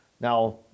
Now